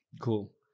Cool